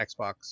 Xbox